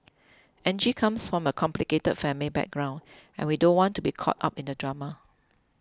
Angie comes from a complicated family background and we don't want to be caught up in the drama